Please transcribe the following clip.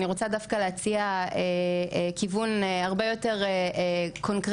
אני רוצה דווקא להציע כיוון הרבה יותר קונקרטי